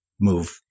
move